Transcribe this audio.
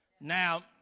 Now